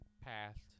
passed